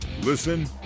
Listen